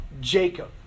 Jacob